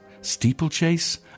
steeplechase